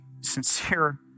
sincere